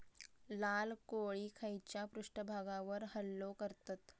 लाल कोळी खैच्या पृष्ठभागावर हल्लो करतत?